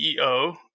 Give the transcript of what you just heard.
ceo